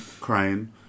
crying